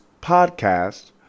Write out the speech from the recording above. podcast